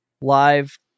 live